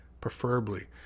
preferably